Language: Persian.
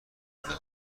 مونده